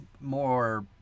more